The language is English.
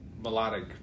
melodic